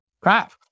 crap